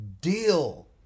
deal